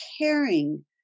caring